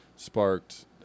sparked